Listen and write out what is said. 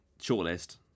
Shortlist